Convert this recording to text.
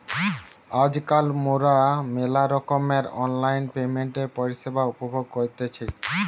আজকাল মোরা মেলা রকমের অনলাইন পেমেন্টের পরিষেবা উপভোগ করতেছি